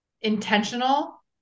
Intentional